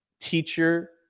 teacher